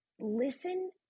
listen